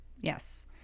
yes